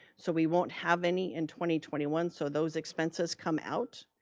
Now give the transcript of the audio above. so we won't have any in twenty twenty one, so those expenses come out.